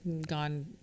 gone